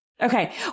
Okay